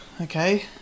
okay